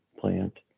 plant